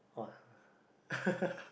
!wah!